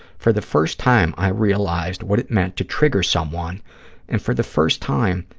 for the first time, i realized what it meant to trigger someone and, for the first time,